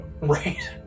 right